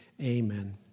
amen